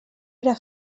era